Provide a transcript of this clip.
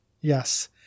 Yes